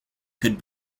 could